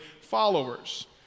followers